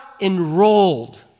enrolled